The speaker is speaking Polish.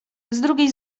drugiej